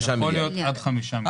יוכל להיות עד 5 מיליארד.